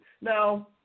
now